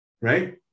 Right